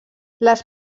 les